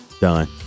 done